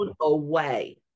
away